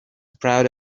proud